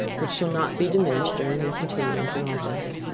which shall not be diminished during their continuance in office.